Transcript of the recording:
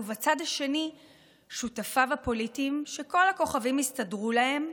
ובצד השני שותפיו הפוליטיים שכל הכוכבים הסתדרו להם,